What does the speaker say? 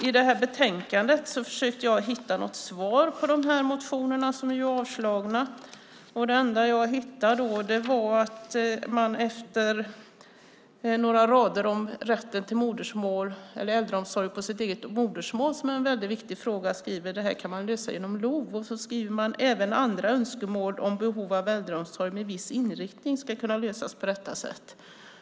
I det här betänkandet försökte jag hitta något svar på dessa motioner, som ju är avslagna, och det enda jag hittade var att man, efter några rader om rätten till äldreomsorg på det egna modersmålet vilket är en väldigt viktig fråga, skriver att detta kan lösas genom LOV. Man skriver även: Även andra önskemål om behov av äldreomsorg med viss inriktning ska kunna lösas på detta sätt.